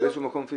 בואך דור 5,